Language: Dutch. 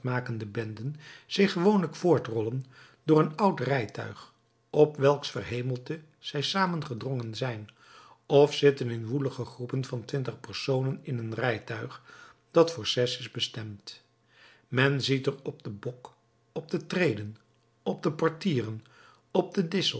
geruchtmakende benden zich gewoonlijk voortrollen door een oud rijtuig op welks verhemelte zij saamgedrongen zijn of zitten in woelige groepen van twintig personen in een rijtuig dat voor zes is bestemd men ziet er op den bok op de treden op de portieren op den